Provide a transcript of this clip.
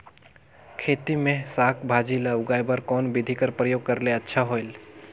खेती मे साक भाजी ल उगाय बर कोन बिधी कर प्रयोग करले अच्छा होयल?